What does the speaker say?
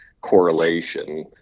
correlation